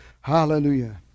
hallelujah